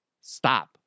Stop